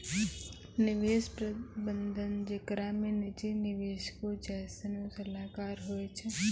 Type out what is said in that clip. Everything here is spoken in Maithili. निवेश प्रबंधन जेकरा मे निजी निवेशको जैसनो सलाहकार होय छै